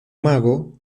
mago